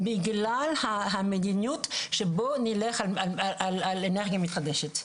בגלל המדיניות של בוא נלך על אנרגיה מתחדשת,